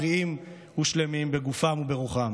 בריאים ושלמים בגופם וברוחם.